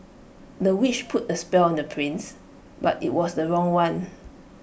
the witch put A spell on the prince but IT was the wrong one